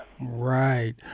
Right